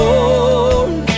Lord